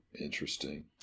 interesting